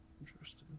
Interesting